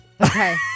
Okay